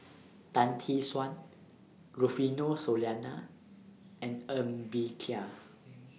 Tan Tee Suan Rufino Soliano and Ng Bee Kia